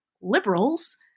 liberals